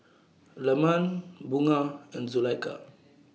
Leman Bunga and Zulaikha